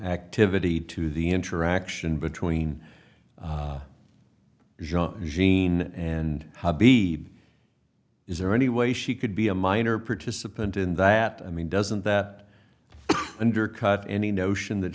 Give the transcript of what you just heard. activity to the interaction between eugene and b is there any way she could be a minor participant in that i mean doesn't that undercut any notion that